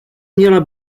měla